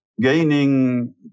gaining